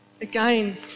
Again